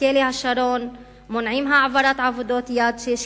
בכלא השרון מונעים העברת עבודות יד שהן